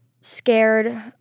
scared